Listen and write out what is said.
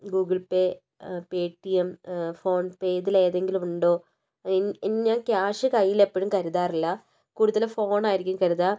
Google Pay Paytm PhonePe ഇതിലേതെങ്കിലും ഉണ്ടോ ഇൻ ഇൻ ഞാൻ ക്യാഷ് കയ്യിൽ എപ്പോഴും കരുതാറില്ല കൂടുതലും ഫോണായിരിക്കും കരുതുക